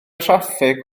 traffig